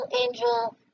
Angel